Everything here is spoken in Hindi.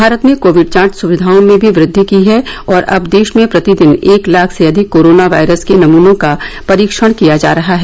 भारत ने कोविड जांच सुविधाओं में भी वृद्धि की है और अब देश में प्रतिदिन एक लाख से अधिक कोरोना वायरस के नमूनों का परीक्षण किया जा रहा है